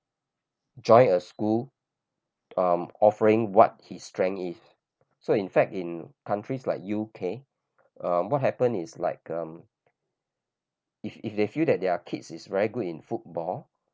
join a school um offering what his strength is so in fact in countries like U_K um what happened is like um if if they feel that their kids is very good in football